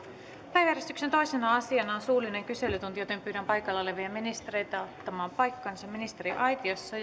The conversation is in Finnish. päiväjärjestyksen toisena asiana on suullinen kyselytunti pyydän paikalla olevia ministereitä ottamaan paikkansa ministeriaitiossa